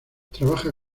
trabaja